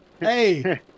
Hey